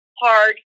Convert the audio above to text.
hard